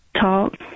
talk